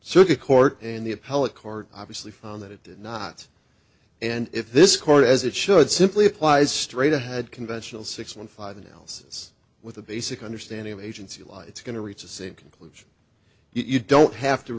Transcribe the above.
circuit court and the appellate court obviously found that it did not and if this court as it should simply applies straight ahead conventional six one five analysis with a basic understanding of agency life it's going to reach the same conclusion you don't have to